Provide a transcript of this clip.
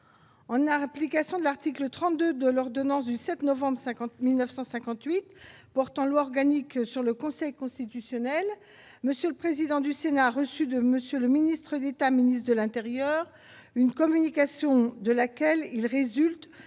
En application de l'article 32 de l'ordonnance n° 58-1067 du 7 novembre 1958 portant loi organique sur le Conseil constitutionnel, M. le président du Sénat a reçu de M. le ministre d'État, ministre de l'intérieur, une communication de laquelle il résulte